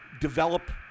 develop